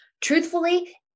Truthfully